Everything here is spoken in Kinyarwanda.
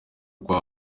rwf